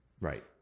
right